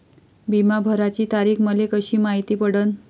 बिमा भराची तारीख मले कशी मायती पडन?